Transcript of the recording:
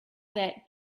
that